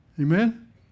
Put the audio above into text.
Amen